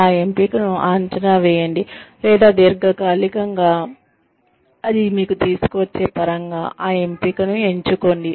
ఆ ఎంపికను అంచనా వేయండి లేదా దీర్ఘకాలికంగా అది మీకు తీసుకుచ్చే పరంగా ఆ ఎంపికను ఎంచుకోండి